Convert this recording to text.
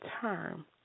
term